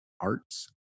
arts